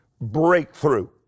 breakthrough